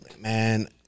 man